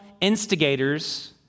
instigators